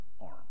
arm